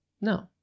No